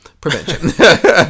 prevention